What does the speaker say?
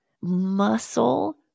muscle